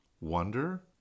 wonder